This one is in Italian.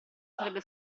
sarebbe